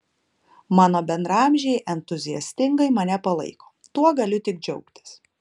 mano bendraamžiai entuziastingai mane palaiko tuo galiu tik džiaugtis